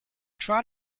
try